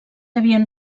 havien